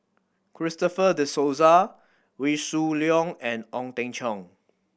Christopher De Souza Wee Shoo Leong and Ong Teng Cheong